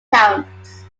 counts